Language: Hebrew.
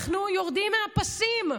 אנחנו יורדים מהפסים,